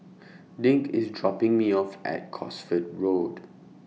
Dink IS dropping Me off At Cosford Road